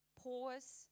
Pause